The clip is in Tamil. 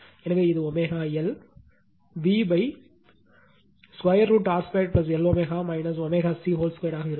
எனவே இது ω L V√R 2 Lω ω C2ஆக இருக்கும்